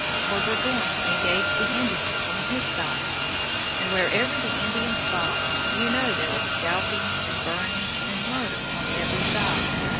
for burgoyne engaged the indians on his side and wherever the indians fought, you know there was scalping, and burning, and murder on every side.